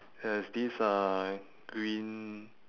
has this uh green